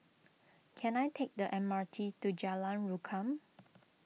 can I take the M R T to Jalan Rukam